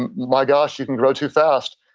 and my gosh, you can grow too fast.